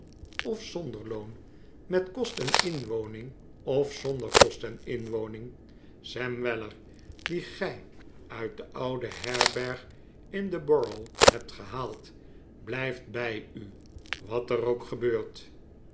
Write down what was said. of zonder loon met kost en inwoning of zonder kost en inwoning sam weller dien gij uit de oude herberg in de borough hebt gehaald blijft bij u wat er ook gebeurt